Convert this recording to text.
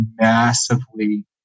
massively